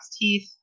teeth